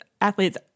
athletes